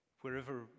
Wherever